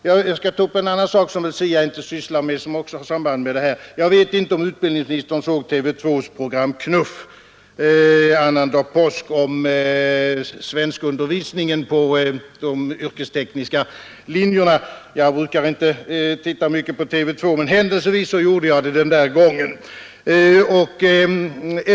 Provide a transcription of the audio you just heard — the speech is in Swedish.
Jag skall ta upp en annan sak som SIA inte sysslar med men som har samband med vad vi nu debatterar. Jag vet inte om utbildningsministern såg TV 2:s program Knuff annandag påsk om svenskundervisningen på de yrkestekniska linjerna. Även om jag inte brukar titta mycket på TV 2, gjorde jag det händelsevis den gången.